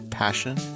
Passion